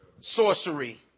Sorcery